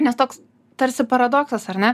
nes toks tarsi paradoksas ar ne